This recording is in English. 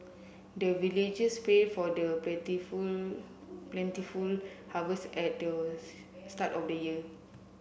the villagers pray for the plentiful plentiful harvest at the start of the year